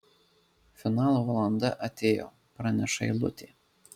finalo valanda atėjo praneša eilutė